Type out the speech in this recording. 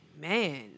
man